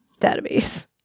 database